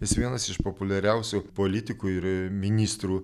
jis vienas iš populiariausių politikų ir ministrų